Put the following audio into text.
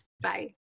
Bye